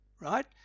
right